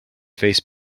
face